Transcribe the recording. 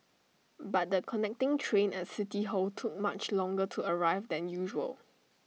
but the connecting train at city hall took much longer to arrive than usual